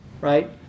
right